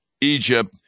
Egypt